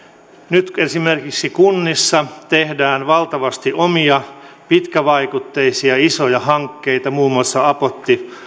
nyt esimerkiksi kunnissa tehdään valtavasti omia pitkävaikutteisia isoja hankkeita muun muassa apotti